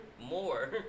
more